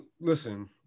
Listen